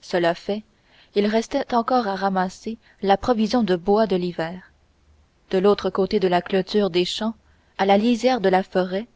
cela fait il restait encore à ramasser la provision de bois de l'hiver de l'autre côté de la clôture des champs à la lisière de la forêt